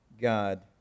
God